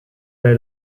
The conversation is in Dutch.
bij